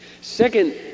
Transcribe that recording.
Second